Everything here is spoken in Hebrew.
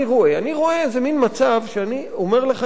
אני רואה איזה מין מצב, אני אומר לך את זה,